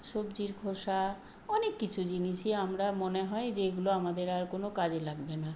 সবজির খোসা অনেক কিছু জিনিসই আমরা মনে হয় যে এগুলো আমাদের আর কোনো কাজে লাগবে না